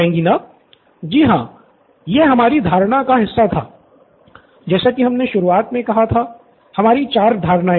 student Nithin ji हाँ यह हमारी धारणा का हिस्सा था जैसा की हमने शुरुआत मे कहा था हमारी चार धारणाएँ थीं